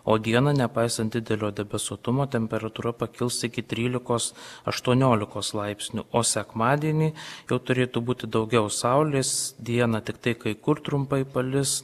o dieną nepaisant didelio debesuotumo temperatūra pakils iki trylikos aštuoniolikos laipsnių o sekmadienį jau turėtų būti daugiau saulės dieną tiktai kai kur trumpai palis